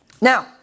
Now